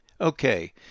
Okay